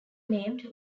named